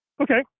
Okay